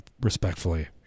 respectfully